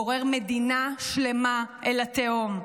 גורר מדינה שלמה אל התהום.